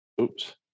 oops